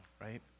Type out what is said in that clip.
right